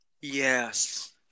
Yes